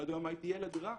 עד היום הייתי ילד רע,